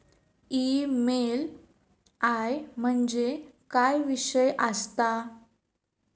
EMI म्हणजे काय विषय आसता?